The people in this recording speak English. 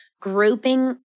grouping